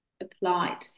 applied